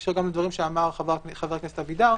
בהקשר לדברים שאמר חה"כ אבידר,